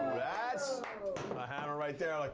that's a hammer right there. like